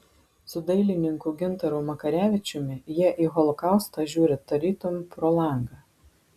su dailininku gintaru makarevičiumi jie į holokaustą žiūri tarytum pro langą